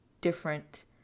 different